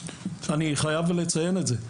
אני לא מכיר את זה.